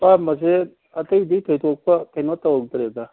ꯑꯄꯥꯝꯕꯁꯦ ꯑꯇꯩꯗꯤ ꯊꯣꯏꯗꯣꯛꯄ ꯀꯩꯅꯣ ꯇꯧꯗ꯭ꯔꯦꯗ